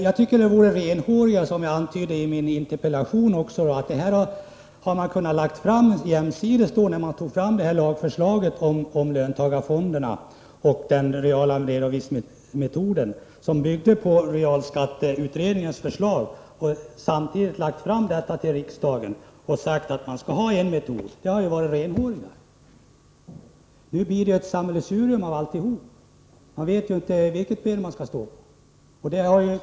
Jag tycker det vore renhårigast, vilket jag också antydde i min interpellation, om detta hade framgått för riksdagen samtidigt som regeringen framlade sitt förslag om löntagarfonderna och den reala redovisningsmetoden som byggde på realskatteutredningens förslag. Det hade varit renhåri gast att säga att man skall ha en viss metod. Nu blir det ett sammelsurium av alltihop. Man vet inte vilket ben man skall stå på.